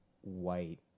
white